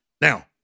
now